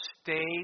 Stay